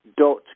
dot